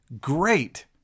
great